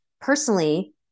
personally